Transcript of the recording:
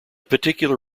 particular